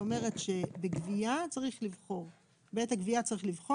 היא אומר שבעת הגבייה צריך לבחור האם